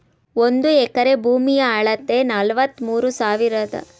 ಒಂದು ಎಕರೆ ಭೂಮಿಯ ಅಳತೆ ನಲವತ್ಮೂರು ಸಾವಿರದ ಐನೂರ ಅರವತ್ತು ಚದರ ಅಡಿ